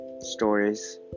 stories